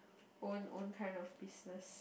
own own kind of business